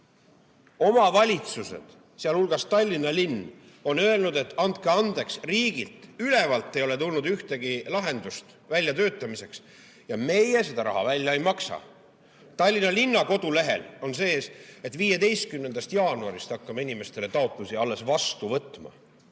Omavalitsused, sealhulgas Tallinna linn, on öelnud, et andke andeks, riigilt, ülevalt ei ole tulnud ühtegi lahendust väljatöötamiseks ja meie seda raha välja ei maksa. Tallinna linna kodulehel on, et alles 15. jaanuarist hakkame inimeste taotlusi vastu võtma.